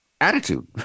attitude